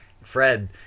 Fred